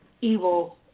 evil